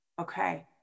Okay